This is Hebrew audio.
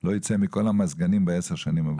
לא יצא מכל המזגנים בעשר השנים הבאות.